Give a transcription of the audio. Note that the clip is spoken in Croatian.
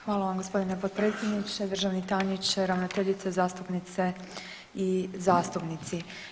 Hvala vam g. potpredsjedniče, državni tajniče, ravnateljice, zastupnice i zastupnici.